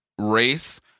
race